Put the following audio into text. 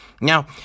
Now